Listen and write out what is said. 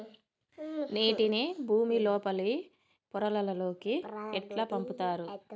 నీటిని భుమి లోపలి పొరలలోకి ఎట్లా పంపుతరు?